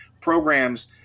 programs